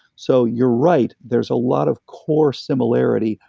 so you're right, there's a lot of core similarity,